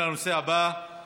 ההצעה